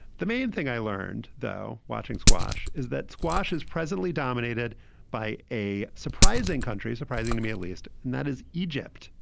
the main thing i learned though watching squash is that squash is presently dominated by a surprising country's surprising to me at least, and that is egypt.